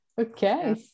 Okay